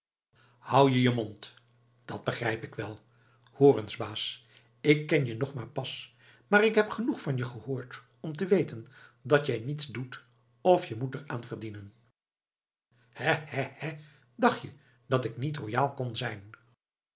hou je je mond dat begrijp ik wel hoor eens baas ik ken je nog maar pas maar ik heb genoeg van je gehoord om te weten dat jij niets doet of je moet er aan verdienen hè hè hè dacht je dat ik niet royaal kon zijn